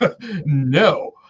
No